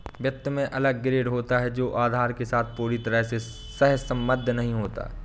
वित्त में अलग ग्रेड होता है जो आधार के साथ पूरी तरह से सहसंबद्ध नहीं होता है